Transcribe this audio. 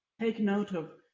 take note of,